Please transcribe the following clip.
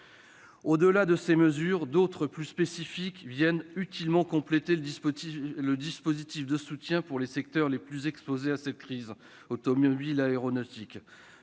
Au-delà de ces mesures, d'autres plus spécifiques complètent utilement les dispositifs de soutien pour les secteurs les plus exposés à cette crise : automobile, aéronautique.